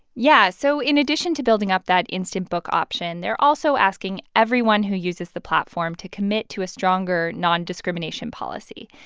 yeah. so in addition to building up that instant book option, they're also asking everyone who uses the platform to commit to a stronger non-discrimination policy.